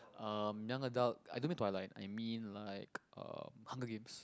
um young adult I don't mean twilight I mean like um hunger games